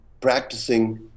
practicing